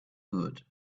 good